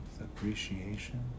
appreciation